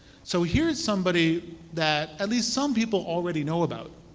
so here is somebody that at least some people already know about.